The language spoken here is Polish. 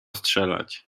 strzelać